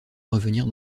revenir